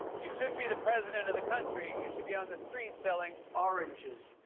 you shouldn't be the president of the country. you should be on the street selling. oranges.